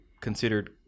considered